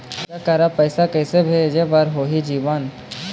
लइका करा पैसा किसे भेजे बार होही जीवन